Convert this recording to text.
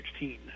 2016